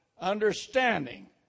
understanding